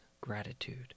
gratitude